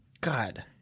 God